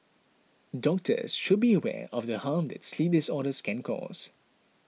doctors should be aware of the harm that sleep disorders can cause